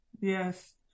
yes